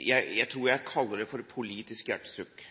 jeg tror jeg kaller det et politisk hjertesukk: